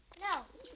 no.